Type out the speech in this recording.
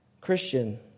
Christian